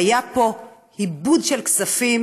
והיה פה איבוד של כספים